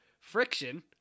friction